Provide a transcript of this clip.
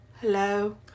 hello